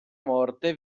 morte